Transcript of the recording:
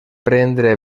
prendre